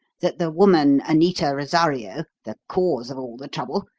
that the woman anita rosario, the cause of all the trouble,